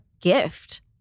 gift